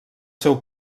seu